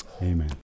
Amen